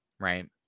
right